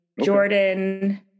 Jordan